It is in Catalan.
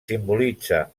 simbolitza